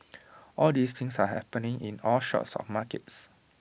all these things are happening in all sorts of markets